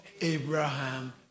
Abraham